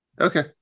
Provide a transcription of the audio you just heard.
Okay